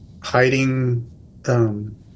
Hiding